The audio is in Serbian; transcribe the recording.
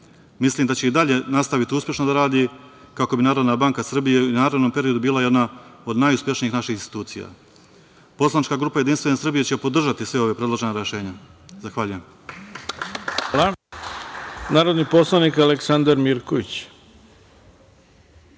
Mislim da će i dalje nastaviti uspešno da radi kako bi Narodna banka Srbije u narednom periodu bila od najuspešnijih naših institucija. Poslanička grupa JS će podržati sva ova predložena rešenja. Zahvaljujem.